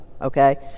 okay